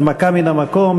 הנמקה מן המקום.